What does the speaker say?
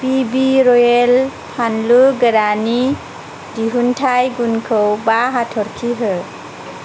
बिबि रयेल फानलु गोराननि दिहुनथाइ गुनखौ बा हाथरखि हो